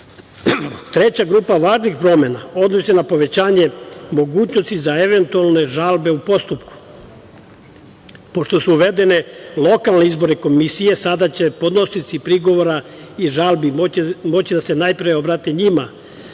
grupa važnih promena odnosi se na povećanje mogućnosti za eventualne žalbe u postupku. Pošto su uvedene lokalne izborne komisije, sada će podnosioci prigovora i žalbi moći da se najpre obrate njima,